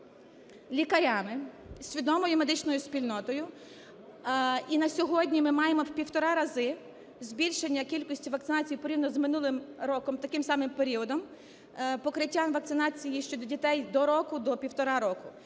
лікарями, свідомою медичною спільнотою. І на сьогодні ми маємо в півтора рази збільшення кількості вакцинацій порівняно з минулим роком, таким самим періодом, покриттям вакцинації щодо дітей до року, до півтора року.